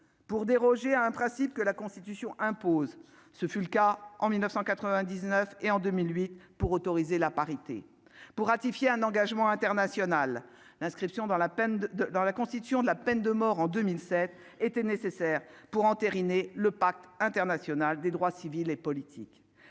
pour déroger à un principe que la Constitution impose ce fut le cas en 1999 et en 2008 pour autoriser la parité pour ratifier un engagement international, l'inscription dans la peine de de dans la constitution de la peine de mort en 2007 était nécessaire pour entériner le Pacte international des droits civils et politiques